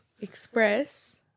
Express